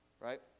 right